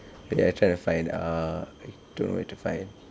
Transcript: wait I try to err I don't know where to find